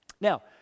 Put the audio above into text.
Now